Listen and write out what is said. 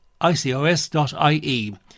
icos.ie